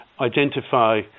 identify